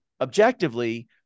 objectively